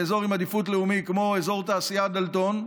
באזור עם עדיפות לאומית כמו אזור תעשייה דלתון,